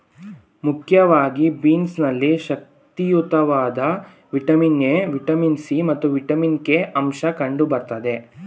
ಮುಖ್ಯವಾಗಿ ಬೀನ್ಸ್ ನಲ್ಲಿ ಶಕ್ತಿಯುತವಾದ ವಿಟಮಿನ್ ಎ, ವಿಟಮಿನ್ ಸಿ ಮತ್ತು ವಿಟಮಿನ್ ಕೆ ಅಂಶ ಕಂಡು ಬರ್ತದೆ